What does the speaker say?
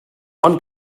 ond